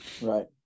right